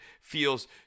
feels